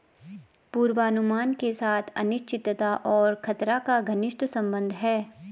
पूर्वानुमान के साथ अनिश्चितता और खतरा का घनिष्ट संबंध है